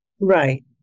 Right